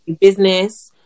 business